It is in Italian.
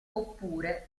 oppure